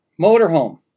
motorhome